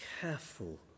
careful